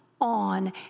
On